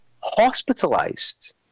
hospitalized